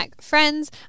friends